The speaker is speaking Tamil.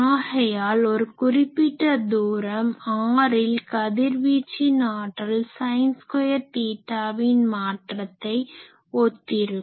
ஆகையால் ஒரு குறிப்பிட்ட தூரம் rஇல் கதிர்வீச்சின் ஆற்றல் ஸைன் ஸ்கொயர் தீட்டாவின் மாற்றத்தை ஒத்திருக்கும்